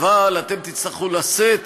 אבל אתם תצטרכו לשאת